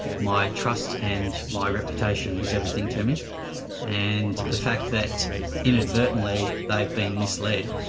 my trust and my reputation is everything to me and the fact that inadvertently they've been misled.